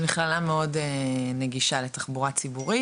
זו מכללה מאוד נגישה לתחבורה ציבורית.